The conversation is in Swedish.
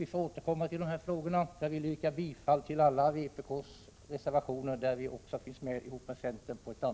Vi får återkomma till de här frågorna. Jag vill yrka bifall till alla vpk-reservationer, också dem vi har ihop med centern.